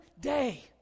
day